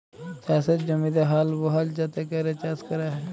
চাষের জমিতে হাল বহাল যাতে ক্যরে চাষ ক্যরা হ্যয়